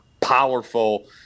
powerful